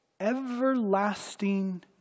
everlasting